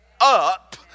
up